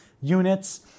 units